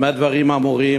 במה דברים אמורים?